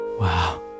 Wow